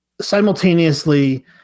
simultaneously